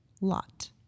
lot